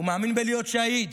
הוא מאמין בלהיות שהיד.